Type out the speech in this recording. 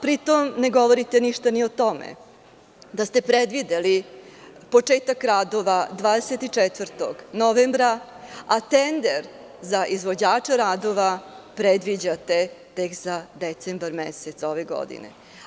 Pri tom, ne govorite ništa ni o tome da ste predvideli početak radova 24. novembra, a tender za izvođača radova predviđate tek za decembar mesec ove godine.